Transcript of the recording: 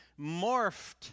morphed